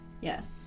Yes